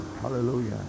Hallelujah